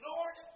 Lord